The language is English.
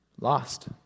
lost